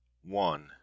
One